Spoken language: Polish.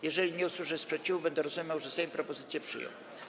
Jeżeli nie usłyszę sprzeciwu, będę rozumiał, że Sejm propozycje przyjął.